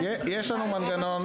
נמרץ.